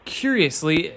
curiously